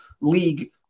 league